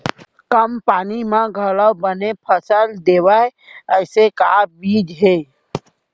कम पानी मा घलव बने फसल देवय ऐसे का बीज हे?